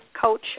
coach